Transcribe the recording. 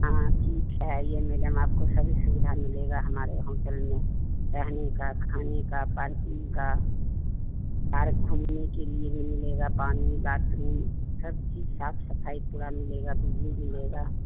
हाँ ठीक है ये मैडम आपको सभी सुविधा मिलेगा हमारे यहाँ होटल में रहने का खाने का पार्किंग का पार्क घूमने के लिये भी मिलेगा पानी बाथरूम सब चीज साफ सफाई पूरा मिलेगा बिजली मिलेगा